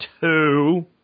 two